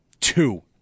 Two